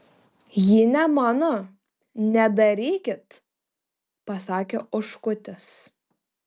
ji ne mano nedarykit pasakė oškutis